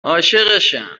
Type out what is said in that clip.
عاشقشم